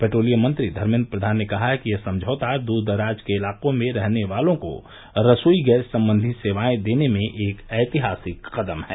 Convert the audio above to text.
petroleum मंत्री धर्मेन्द्र प्रधान ने कहा कि यह समझौता दूरदराज के इलाकों में रहने वालों को रसोई गैस संबंधी सेवाए देने में एक ऐतिहासिक कदम है